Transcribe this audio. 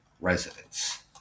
residents